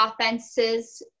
offenses